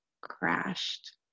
crashed